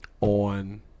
on